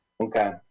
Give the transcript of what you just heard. Okay